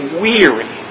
weary